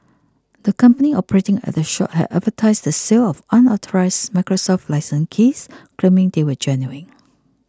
the company operating at the shop had advertised the sale of unauthorised Microsoft licence keys claiming they were genuine